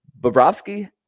Bobrovsky